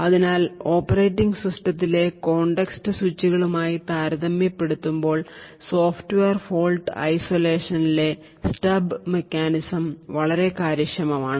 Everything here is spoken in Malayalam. അതിനാൽ ഓപ്പറേറ്റിംഗ് സിസ്റ്റത്തിലെ കോണ്ടെക്സ്റ്റ് സ്വിച്ചുകളുമായി താരതമ്യപ്പെടുത്തുമ്പോൾ സോഫ്റ്റ്വെയർ ഫോൾട്ട് ഇൻസുലേഷനുനിലെ സ്സ്റ്റബ് മെക്കാനിസം വളരെ കാര്യക്ഷമമാണ്